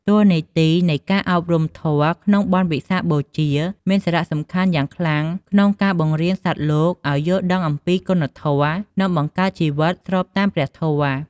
តួនាទីនៃការអប់រំធម៌ក្នុងបុណ្យវិសាខបូជា មានសារៈសំខាន់យ៉ាងខ្លាំងក្នុងការបង្រៀនសត្វលោកឲ្យយល់ដឹងអំពីគុណធម៌ និងបង្កើតជីវិតស្របតាមព្រះធម៌។